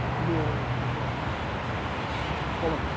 nero possessed, this is on the first column,